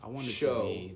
show